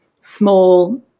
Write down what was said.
small